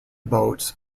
boats